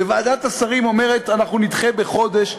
וועדת השרים אומרת: אנחנו נדחה בחודש.